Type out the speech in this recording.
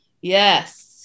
Yes